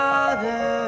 Father